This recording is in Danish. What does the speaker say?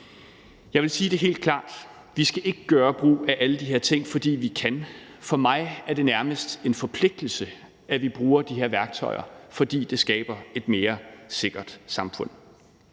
Jeg vil sige det helt klart: Vi skal ikke gøre brug af alle de her ting, fordi vi kan. For mig er det nærmest en forpligtelse, at vi bruger de her værktøjer, fordi det skaber et mere sikkert samfund.